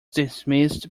dismissed